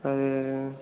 அது